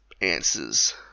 answers